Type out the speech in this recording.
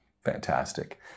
Fantastic